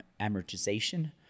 amortization